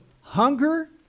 hunger